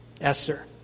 Esther